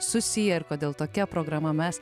susiję ir kodėl tokia programa mes